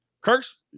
Kirk's